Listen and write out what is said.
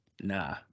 nah